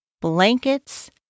blankets